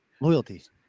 Loyalties